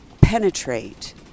penetrate